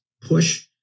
push